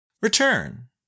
return